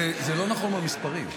זה לא נכון במספרים.